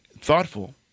Thoughtful